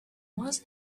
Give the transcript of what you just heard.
was